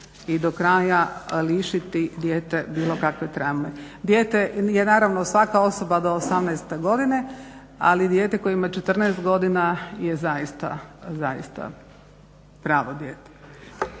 i do kraja lišiti dijete bilo kakve traume. Dijete je naravno svaka osoba do 18 godine, ali dijete koje ima 14 godina je zaista, zaista pravo dijete.